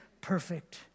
perfect